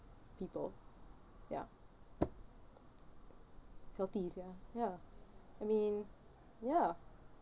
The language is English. people ya healthy sia ya I mean ya